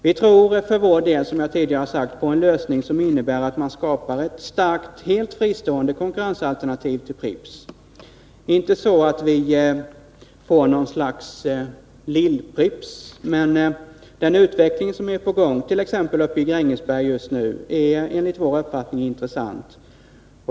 Vi tror för vår del, som jagtidigare har sagt, på en lösning som innebär att man skapar ett starkt, helt fristående konkurrensalternativ till Pripps. Vi vill inte skapa något slags ”Lill-Pripps”, men den utveckling som just nu är på gång, t.ex. uppe i Grängesberg, är enligt vår uppfattning intressant.